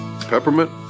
peppermint